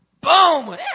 boom